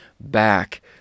back